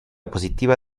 positiva